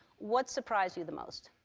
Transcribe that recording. what surprised you the most?